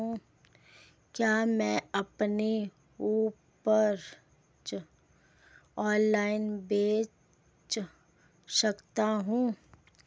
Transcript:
क्या मैं अपनी उपज ऑनलाइन बेच सकता हूँ?